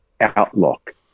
outlook